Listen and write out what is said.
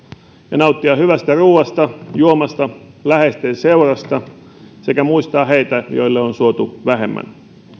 ja nauttia hyvästä ruoasta juomasta ja läheisten seurasta sekä muistaa heitä joille on suotu vähemmän